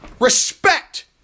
respect